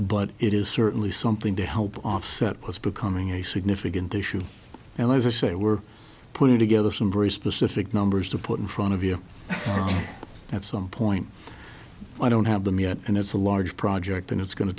but it is certainly something to help offset was becoming a significant issue now as i say we're putting together some very specific numbers to put in front of you at some point i don't have them yet and it's a large project and it's going to